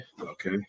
Okay